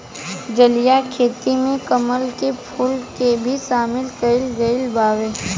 जलीय खेती में कमल के फूल के भी शामिल कईल गइल बावे